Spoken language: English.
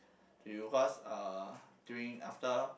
to you cause uh during after